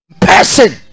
person